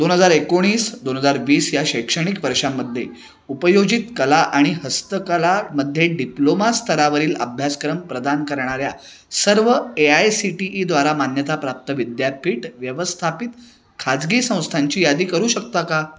दोन हजार एकोणीस दोन हजार वीस या शैक्षणिक वर्षामध्ये उपयोजित कला आणि हस्तकलामध्ये डिप्लोमा स्तरावरील अभ्यासक्रम प्रदान करणाऱ्या सर्व ए आय सी टी ईद्वारा मान्यताप्राप्त विद्यापीठ व्यवस्थापित खाजगी संस्थांची यादी करू शकता का